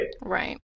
right